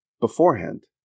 beforehand